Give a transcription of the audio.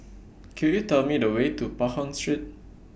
Could YOU Tell Me The Way to Pahang Street